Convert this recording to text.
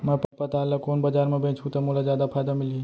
मैं पताल ल कोन बजार म बेचहुँ त मोला जादा फायदा मिलही?